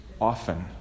often